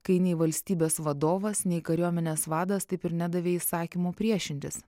kai nei valstybės vadovas nei kariuomenės vadas taip ir nedavė įsakymo priešintis